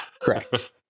Correct